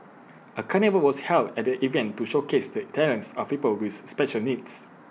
A carnival was held at the event to showcase the talents of people with special needs